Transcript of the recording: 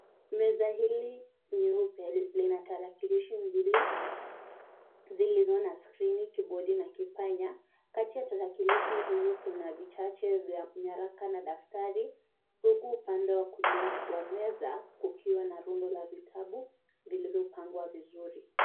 Meza hili nyeupe lina tarakilishi mbili zilizo na skrini kibodi na kipanya .Kati ya tarakilishi hizo kuna vichache vya nyaraka na daftari huku upande wa kulia wa meza kukiwa na rundo la vitabu vilivyopangwa vizuri.